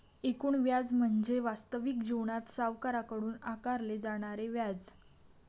एकूण व्याज म्हणजे वास्तविक जीवनात सावकाराकडून आकारले जाणारे व्याज